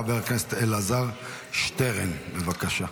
חבר הכנסת אלעזר שטרן, בבקשה.